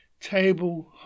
table